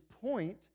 point